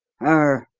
hur!